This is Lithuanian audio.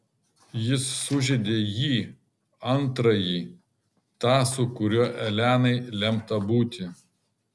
jis sužeidė jį antrąjį tą su kuriuo elenai lemta būti